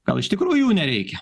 gal iš tikrųjų jų nereikia